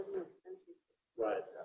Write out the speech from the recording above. right